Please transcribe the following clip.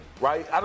right